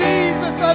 Jesus